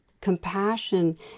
Compassion